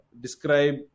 describe